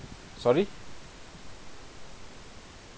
sorry